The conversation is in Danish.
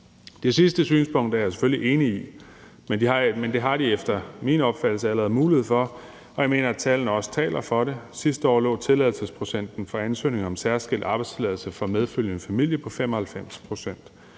Det sidste synspunkt er jeg selvfølgelig enig i, men det har de efter min opfattelse allerede mulighed for, og jeg mener også, at tallene taler for det. Sidste år lå tilladelsesprocenten for ansøgninger om særskilt arbejdstilladelse for medfølgende familie på 95 pct.